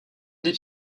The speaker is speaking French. des